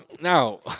Now